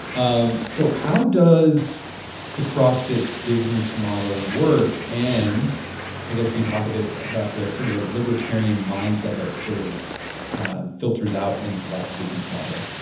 um so how does the crossfit business model work and i guess you can talk a bit about the sort of the libertarian mindset that sort of filters out into that business model?